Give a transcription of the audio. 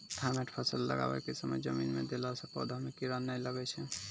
Thimet फ़सल लगाबै के समय जमीन मे देला से पौधा मे कीड़ा नैय लागै छै?